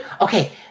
okay